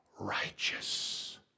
righteous